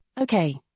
Okay